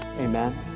amen